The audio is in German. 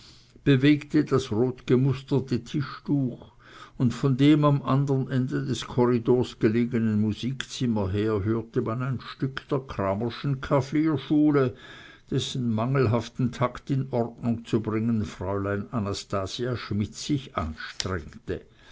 bewegte das rotgemusterte tischtuch und von dem am andern ende des korridors gelegenen musikzimmer her hörte man ein stück der cramerschen klavierschule dessen mangelhaften takt in ordnung zu bringen fräulein anastasia schmidt sich anstrengte